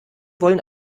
wollen